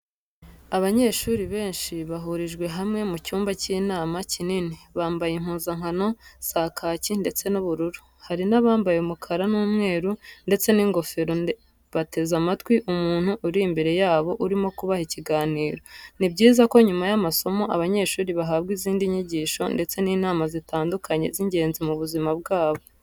Abanyeshuri benshi bahurijwe hamwe mu cyumba cy'inama kinini, bambaye impuzankano za kaki ndetse n'ubururu, hari n'abambaye umukara n'umweru ndetse n'ingofero bateze amatwi umuntu uri imbere yabo urimo kubaha ikiganiro. Ni byiza ko nyuma y'amasomo abanyeshuri bahabwa izindi nyigisho ndetse n'inama zitandukanye z'ingenzi mu buzima bwabo.